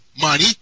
money